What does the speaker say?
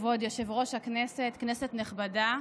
כבוד יושב-ראש הכנסת, כנסת נכבדה,